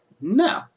No